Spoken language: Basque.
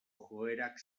joerak